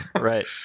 Right